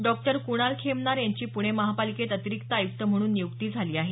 doctor Kunal Khemnar यांची पुणे महापालिकेत अतिरिक्त आयुक्त म्हणून नियुक्ती झाली आहे